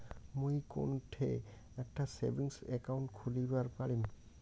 মুই কোনঠে একটা সেভিংস অ্যাকাউন্ট খুলিবার পারিম?